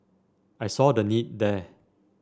I saw the need there